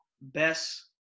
best